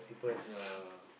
yea